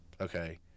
Okay